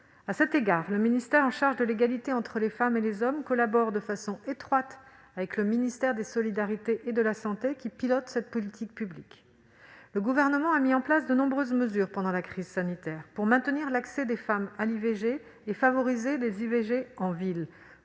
À cet égard, le ministère chargé de l'égalité entre les femmes et les hommes collabore de façon étroite avec le ministère des solidarités et de la santé, qui pilote cette politique publique. Le Gouvernement a mis en place de nombreuses dispositions pendant la crise sanitaire, pour maintenir l'accès des femmes à l'IVG et favoriser les IVG en ville,